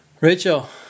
Rachel